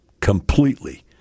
completely